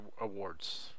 awards